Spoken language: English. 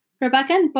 Rebecca